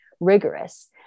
rigorous